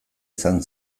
izan